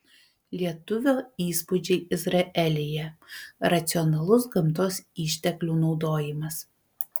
lietuvio įspūdžiai izraelyje racionalus gamtos išteklių naudojimas